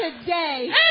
today